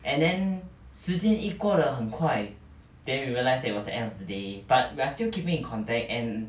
and then 时间 eh 过得很快 then we realise that it was the end of the day but we are still keeping in contact and